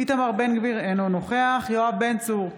איתמר בן גביר, אינו נוכח יואב בן צור,